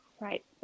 Right